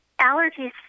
allergies